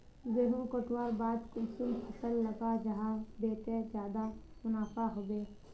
गेंहू कटवार बाद कुंसम फसल लगा जाहा बे ते ज्यादा मुनाफा होबे बे?